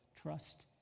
trust